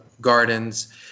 gardens